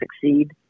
succeed